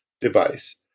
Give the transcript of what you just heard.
device